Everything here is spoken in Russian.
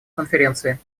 конференции